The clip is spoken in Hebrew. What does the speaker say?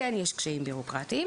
כן יש קשיים בירוקרטיים.